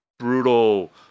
brutal